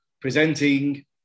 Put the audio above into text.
presenting